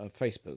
Facebook